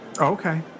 Okay